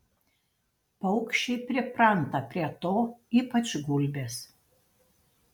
paukščiai pripranta prie to ypač gulbės